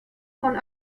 von